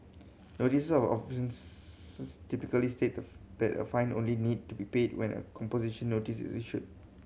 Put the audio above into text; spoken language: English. notice of offence typically state that a fine only need to be paid when a composition notice is issued